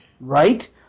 Right